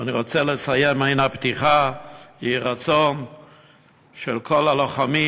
ואני רוצה לסיים מעין הפתיחה: יהי רצון שכל הלוחמים